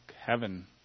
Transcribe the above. heaven